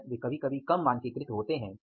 शायद वे कभी कभी कम मानकीकृत होते हैं